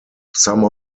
some